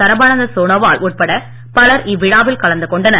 சரபானந்த சோனோவால் உட்பட பலர் இவ்விழாவில் கலந்துகொண்டனர்